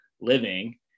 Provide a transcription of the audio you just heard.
living